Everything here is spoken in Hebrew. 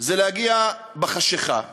זה להגיע בחשכה לכפר,